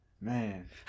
Man